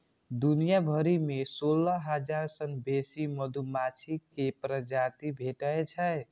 दुनिया भरि मे सोलह हजार सं बेसी मधुमाछी के प्रजाति भेटै छै